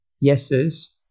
yeses